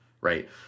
right